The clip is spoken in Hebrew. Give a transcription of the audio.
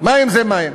מים זה מים.